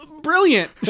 brilliant